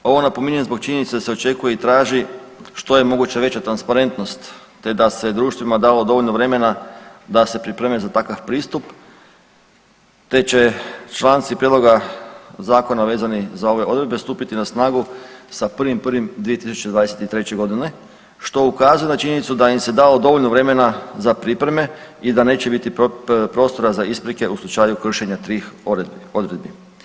Ovo napominjem zbog činjenice da se očekuje i traži što je moguća veća transparentnost te da se društvima dalo dovoljno vremena da se pripreme za takav pristup te će članci prijedloga zakona vezani za ove odredbe stupiti na snagu sa 1.1.2023.g. što ukazuje na činjenicu da im se dalo dovoljno vremena za pripreme i da neće biti prostora za isprike u slučaju kršenja tih odredbi.